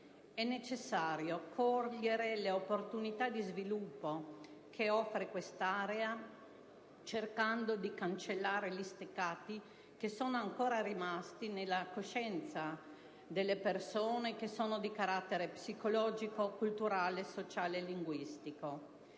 È necessario cogliere le opportunità di sviluppo che offre quest'area, cercando di cancellare gli steccati che sono ancora rimasti nella coscienza delle persone, che sono di carattere psicologico, culturale, sociale e linguistico.